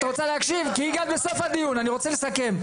כי הגעת בסוף הדיון אני רוצה לסכם.